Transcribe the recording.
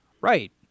Right